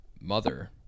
mother